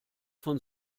von